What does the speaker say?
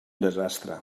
desastre